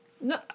No